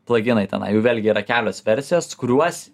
plaginai jų tenai jų vėlgi yra kelios versijos kuruos